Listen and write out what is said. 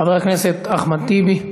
חבר הכנסת אחמד טיבי,